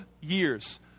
years